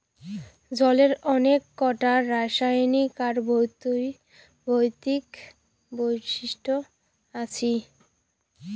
জলের অনেক কোটা রাসায়নিক আর ভৌতিক বৈশিষ্ট আছি